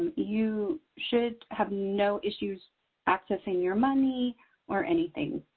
you should have no issues accessing your money or anything.